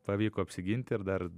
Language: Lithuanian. pavyko apsigint ir dar